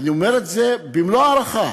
אני אומר את זה במלוא ההערכה.